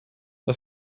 jag